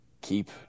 keep